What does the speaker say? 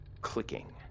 Clicking